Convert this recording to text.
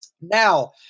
Now